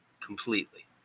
Completely